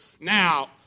Now